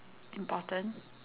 important